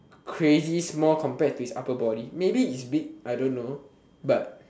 crazy small compared to his upper body maybe it's big I don't know but